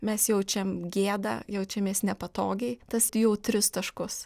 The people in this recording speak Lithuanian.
mes jaučiam gėdą jaučiamės nepatogiai tas jautrius taškus